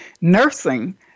nursing